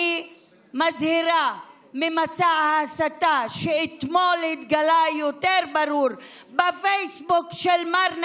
אני מזהירה ממסע ההסתה שאתמול התגלה יותר בבירור בפייסבוק של מר נתניהו: